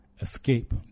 Escape